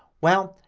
well,